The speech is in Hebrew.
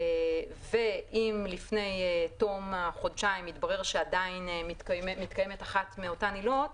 ואם לפני תום החודשיים מתברר שעדיין מתקיימת אחת מאותן עילות,